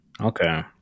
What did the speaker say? Okay